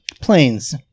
Planes